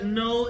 no